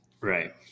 Right